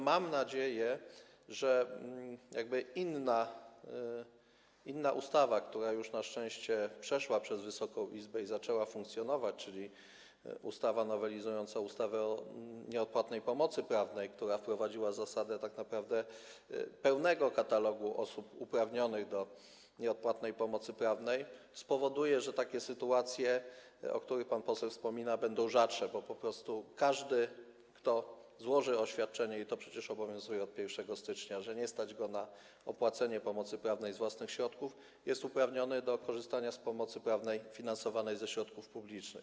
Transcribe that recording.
Mam nadzieję, że inna ustawa, która już na szczęście przeszła przez Wysoką Izbę i zaczęła funkcjonować, czyli ustawa nowelizująca ustawę o nieodpłatnej pomocy prawnej, w której wprowadzono tak naprawdę pełen katalog osób uprawnionych do nieodpłatnej pomocy prawnej, spowoduje, że takie sytuacje, o których pan poseł wspomina, będą rzadsze, bo po prostu każdy, kto złoży oświadczenie - i to przecież obowiązuje od 1 stycznia - że nie stać go na opłacenie pomocy prawnej z własnych środków, jest uprawniony do korzystania z pomocy prawnej finansowanej ze środków publicznych.